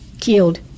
killed